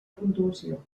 puntuació